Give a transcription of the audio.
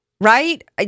right